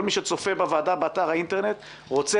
כל מי שצופה בוועדה באתר האינטרנט רוצה